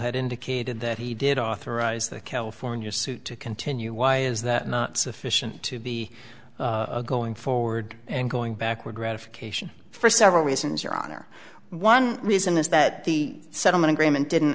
had indicated that he did authorize the california suit to continue why is that not sufficient to be going forward and going backward ratification for several reasons your honor one reason is that the settlement agreement didn't